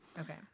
Okay